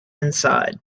inside